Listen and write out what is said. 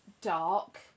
dark